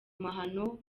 mahano